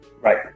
Right